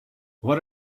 what